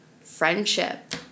friendship